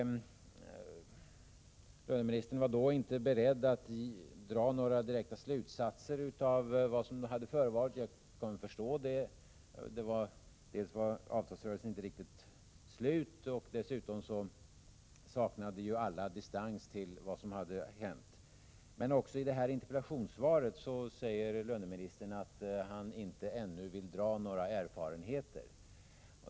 Löneministern var då inte beredd att dra några slutsatser av vad som hade förevarit. Jag kunde förstå det. Dels var avtalsrörelsen inte riktigt slut, dels saknade alla distans till vad som hade hänt. Men också i detta interpellationssvar säger löneministern att han inte ännu vill redovisa några erfarenheter.